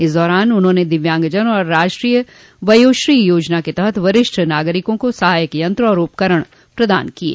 इस दौरान उन्होंने दिव्यांगजन और राष्ट्रीय वयोश्री योजना के तहत वरिष्ठ नागरिकों को सहायक यंत्र और उपकरण प्रदान किये